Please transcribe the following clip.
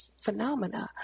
phenomena